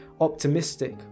Optimistic